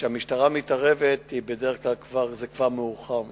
כשהמשטרה מתערבת, בדרך כלל זה כבר מאוחר מדי.